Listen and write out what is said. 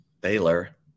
Baylor